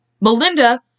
Melinda